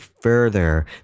further